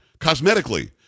cosmetically